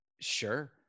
Sure